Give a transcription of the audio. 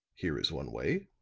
here is one way,